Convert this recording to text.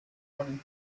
running